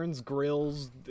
grills